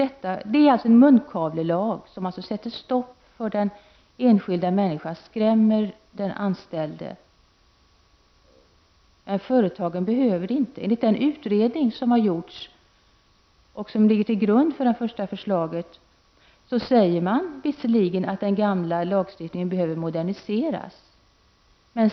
Det här är alltså en munkavlelag som sätter stopp för den enskilda människan och skrämmer den anställde. Företagen behöver inte lagen. Vid den utredning som har gjorts och som ligger till grund för det första förslaget sägs visserligen att den gamla lagstiftningen behöver moderniseras.